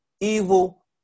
evil